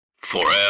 Forever